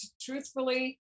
Truthfully